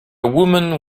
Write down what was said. woman